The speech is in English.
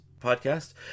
podcast